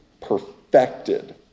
perfected